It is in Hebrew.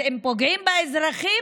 אז אם פוגעים באזרחים,